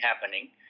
happening